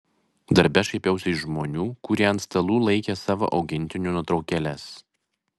darbe šaipiausi iš žmonių kurie ant stalų laikė savo augintinių nuotraukėles